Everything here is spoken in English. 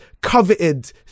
coveted